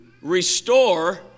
restore